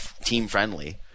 team-friendly